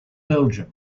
belgium